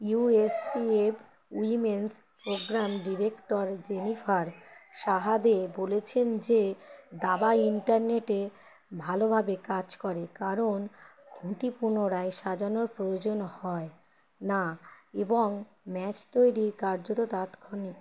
US CF women's programme director Jennifer Shahade বলেছেন যে দাবা ইন্টারনেটে ভালোভাবে কাজ করে কারণ ঘুঁটি পুনরায় সাজানোর প্রয়োজন হয় না এবং ম্যাচ তৈরি কার্যত তাৎক্ষণিক